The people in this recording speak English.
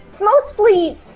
mostly